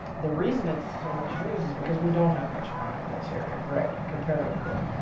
the reason it's so much news is because we don't have much crime in this area really, comparatively.